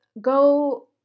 Go